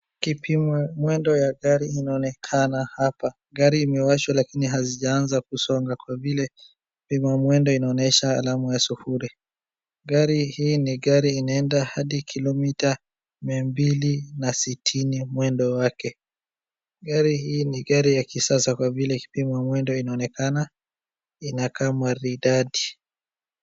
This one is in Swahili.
Kipima mwendo ya gari inaonekana hapa. Gari imewashwa lakini hazijaanza kusonga, kwa vile kipima mwendo inaonyesha alama ya sufuri. Gari hii ni gari inaedna hadi kilomita mia mbili na sitini mwendo wake. Gari hii ni gari ya kisasa kwa vile kipima mwendo inaonekana, inakaa maridadi.